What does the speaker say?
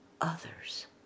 others